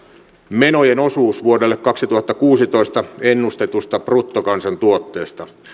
menojen osuus vuodelle kaksituhattakuusitoista ennustetusta bruttokansantuotteesta